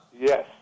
Yes